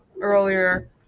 earlier